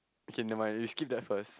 okay never mind we skip that first